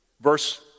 Verse